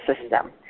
system